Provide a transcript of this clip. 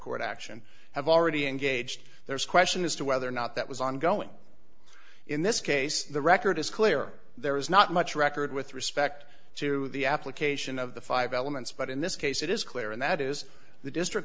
court action have already engaged there's question as to whether or not that was ongoing in this case the record is clear there is not much record with respect to the application of the five elements but in this case it is clear and that is the district